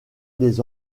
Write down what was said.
des